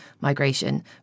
migration